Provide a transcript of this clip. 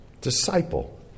disciple